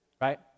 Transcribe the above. right